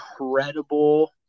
incredible